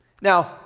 Now